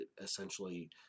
essentially